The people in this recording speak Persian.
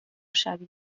شوی